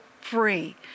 free